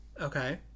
Okay